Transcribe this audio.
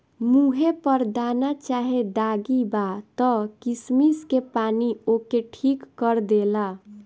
मुहे पर दाना चाहे दागी बा त किशमिश के पानी ओके ठीक कर देला